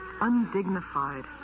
undignified